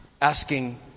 asking